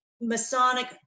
masonic